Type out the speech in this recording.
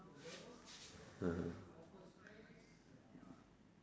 (uh huh)